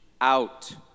out